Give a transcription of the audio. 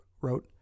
wrote